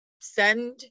send